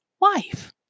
wife